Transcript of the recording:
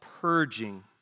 purging